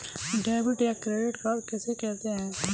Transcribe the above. Debit या credit card किसे कहते हैं?